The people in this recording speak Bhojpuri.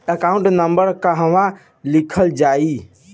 एकाउंट नंबर कहवा लिखल जाइ?